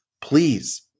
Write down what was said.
Please